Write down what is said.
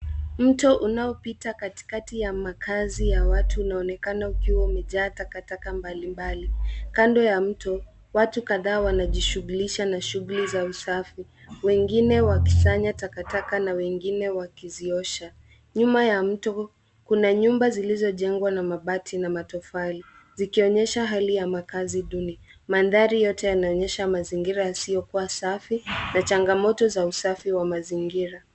Mto unaopita katikati ya makazi ya watu unaonekana umejaa takataka mbali mbali. Kando ya mto watu kadhaa wanajishighulisha na shughuli za usafi. Wengine wakisanya takataka na wengine wakiziosha. Nyuma ya mto kuna nyumba zilizojengwa na mabati na matofali zikionyesha hali ya makazi duni. Mandhari yote yanaonyesha mazingira yasiyokuwa safi na changamoto za usafi wa mazingira.